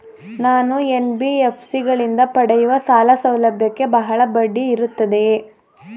ನಾನು ಎನ್.ಬಿ.ಎಫ್.ಸಿ ಗಳಿಂದ ಪಡೆಯುವ ಸಾಲ ಸೌಲಭ್ಯಕ್ಕೆ ಬಹಳ ಬಡ್ಡಿ ಇರುತ್ತದೆಯೇ?